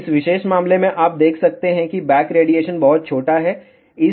इस विशेष मामले में आप देख सकते हैं कि बैक रेडिएशन बहुत छोटा होगा